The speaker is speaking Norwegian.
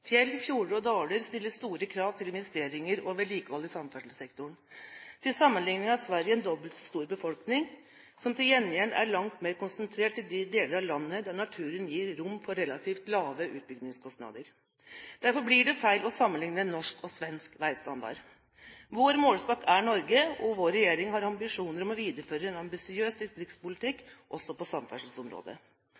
Fjell, fjorder og daler stiller store krav til investeringer og vedlikehold i samferdselssektoren. Til sammenligning har Sverige en dobbelt så stor befolkning, som til gjengjeld er langt mer konsentrert til de deler av landet der naturen gir rom for relativt lave utbyggingskostnader. Derfor blir det feil å sammenligne norsk og svensk veistandard. Vår målestokk er Norge, og vår regjering har ambisjoner om å videreføre en ambisiøs distriktspolitikk,